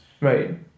Right